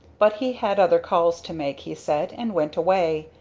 but he had other calls to make, he said, and went away,